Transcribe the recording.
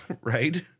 Right